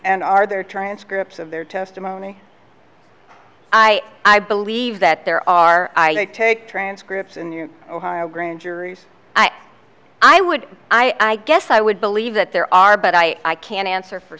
and are there transcripts of their testimony i i believe that there are i take transcripts in your ohio grand juries i would i guess i would believe that there are but i can't answer for